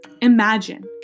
Imagine